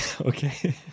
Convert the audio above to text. Okay